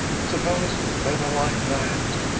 suppose they were like that,